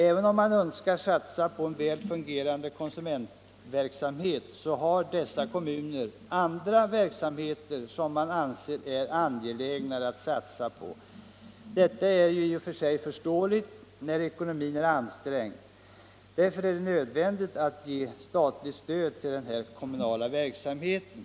Även om man önskar satsa på en väl fungerande konsumentverksamhet, har dessa kommuner andra verksamheter som man anser är angelägnare att satsa på. Detta är i och för sig förståeligt när ekonomin är ansträngd. Därför är det nödvändigt att ge statligt stöd till den kommunala verksamheten.